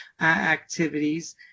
activities